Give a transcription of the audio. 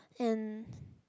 and